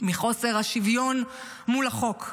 מחוסר השוויון מול החוק.